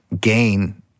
gain